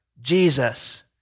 Jesus